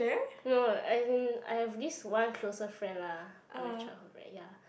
no as in I have this one closer friend lah from my childhood right ya